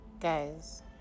guys